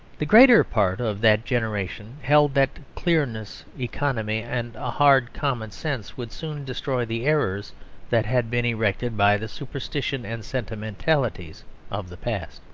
the greater part of that generation held that clearness, economy, and a hard common-sense, would soon destroy the errors that had been erected by the superstitions and sentimentalities of the past.